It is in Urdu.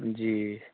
جی